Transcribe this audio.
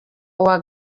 uwa